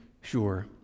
sure